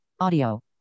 audio